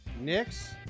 Knicks